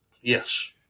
Yes